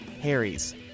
Harry's